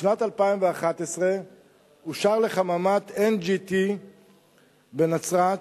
בשנת 2011 אושר לחממת NGT בנצרת,